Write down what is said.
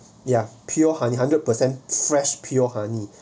ya pure honey hundred percent fresh pure honey